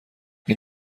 این